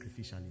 sacrificially